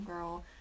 girl